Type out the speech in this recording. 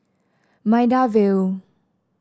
Maida Vale